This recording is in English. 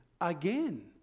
Again